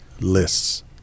lists